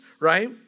right